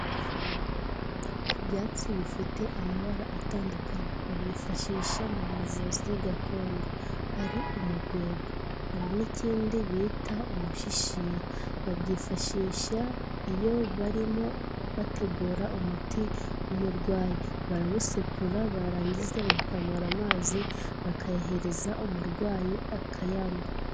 Ibyatsi bifite amabara atandukanye, babyifashisha mu buvuzi gakondo, hari umugwegwe, hari n'ikindi bita umushishiro, babyifashisha iyo barimo bategura umuti w'umurwayi, barawusekura barangiza bagakamura amazi, bakayahereza umurwayi akayanywa.